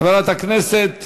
חברת הכנסת